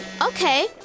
Okay